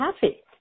happy